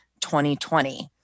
2020